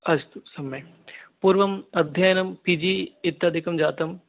अस्तु सम्यक् पूर्वम् अध्ययनं पी जी इत्यादिकं जातम्